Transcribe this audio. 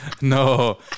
No